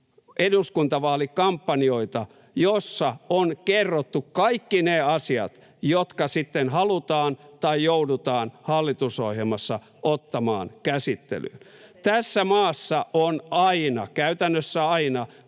eduskuntavaalikampanjoita, joissa on kerrottu kaikki ne asiat, jotka sitten halutaan tai joudutaan hallitusohjelmassa ottamaan käsittelyyn. Tässä maassa on aina — käytännössä aina